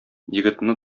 егетне